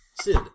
Sid